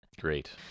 Great